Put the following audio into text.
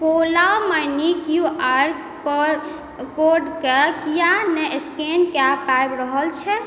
ओला money Q R कोडके किएक नहि स्कैन कऽ पाबि रहल छै